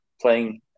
playing